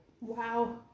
Wow